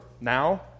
now